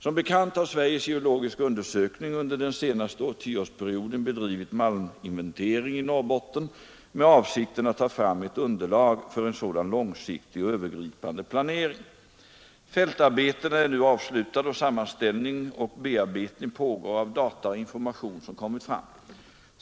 Som bekant har Sveriges geologiska undersökning under den senaste tioårsperioden bedrivit malminventering i Norrbotten med avsikten att ta fram ett underlag för en sådan långsiktig och övergripande planering. Fältarbetena är nu avslutade och sammanställning och bearbetning pågår av data och information som kommit fram.